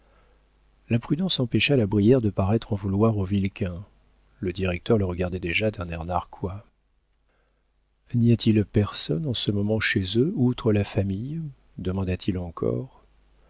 la prudence empêcha la brière de paraître en vouloir aux vilquin le directeur le regardait déjà d'un air narquois n'y a-t-il personne en ce moment chez eux outre la famille demanda-t-il encore